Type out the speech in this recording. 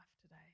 today